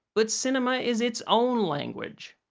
but cinema is its own language.